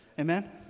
Amen